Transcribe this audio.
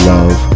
Love